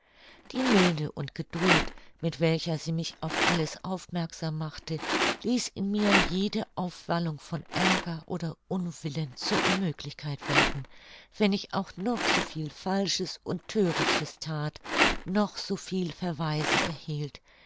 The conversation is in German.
die milde und geduld mit welcher sie mich auf alles aufmerksam machte ließ in mir jede aufwallung von aerger oder unwillen zur unmöglichkeit werden wenn ich auch noch so viel falsches und thörichtes that noch so viel verweise erhielt